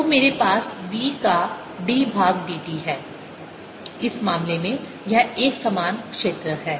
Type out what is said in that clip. तो मेरे पास b का d भाग dt है इस मामले में यह एकसमान क्षेत्र है